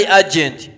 agent